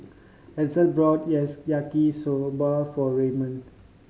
Edsel bought yes Yaki Soba for Raymond